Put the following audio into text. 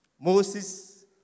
Moses